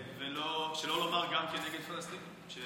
שלא לומר גם כנגד פלסטינים?